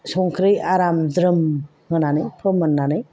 संख्रि आराम ज्रोम होनानै फोमोननानै